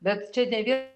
bet čia ne vien